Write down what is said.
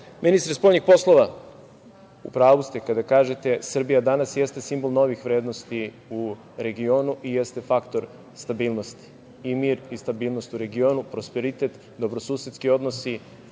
to. Ministre spoljnih poslova, u pravu ste kada kažete, Srbija danas jeste simbol novih vrednosti u regionu i jeste faktor stabilnosti. I mir i stabilnost u regionu i prosperitet, dobrosusedski odnosi,